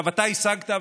אתה השגת,